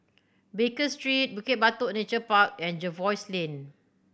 Baker Street Bukit Batok Nature Park and Jervois Lane